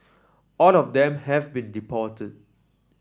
all of them have been deported